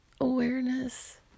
Awareness